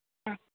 അ